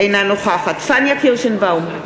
אינה נוכחת פניה קירשנבאום,